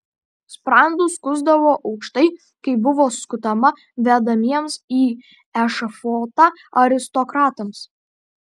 sprandus skusdavo aukštai kaip buvo skutama vedamiems į ešafotą aristokratams